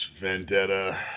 Vendetta